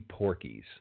porkies